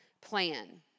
plan